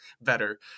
better